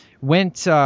went